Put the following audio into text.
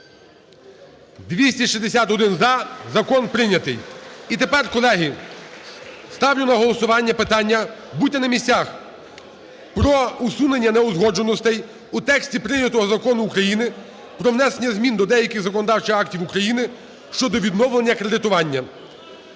За-261 Закон прийнятий. І тепер, колеги, ставлю на голосування питання - будьте на місцях, - про усунення неузгодженостей у тексті прийнятого Закону України про внесення змін до деяких законодавчих актів України щодо відновлення кредитування.